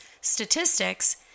statistics